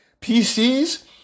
PCs